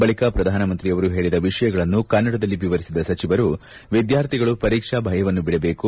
ಬಳಿಕ ಪ್ರಧಾನಮಂತ್ರಿಯವರು ಹೇಳಿದ ವಿಷಯಗಳನ್ನು ಕನ್ನಡದಲ್ಲಿ ವಿವರಿಸಿದ ಸಚಿವರು ವಿದ್ವಾರ್ಥಿಗಳು ಪರೀಕ್ಷಾ ಭಯವನ್ನು ಬಿಡಬೇಕು